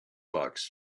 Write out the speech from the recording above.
box